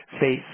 face